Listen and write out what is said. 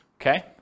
okay